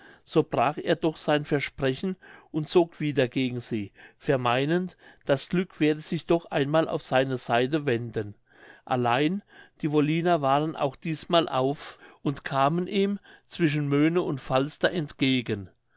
so brach er doch sein versprechen und zog wieder gegen sie vermeinend das glück werde sich doch einmal auf seine seite wenden allein die wolliner waren auch dießmal auf und kamen ihm zwischen möne und falster entgegen